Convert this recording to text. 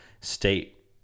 state